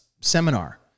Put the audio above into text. seminar